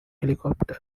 helicopter